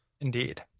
Indeed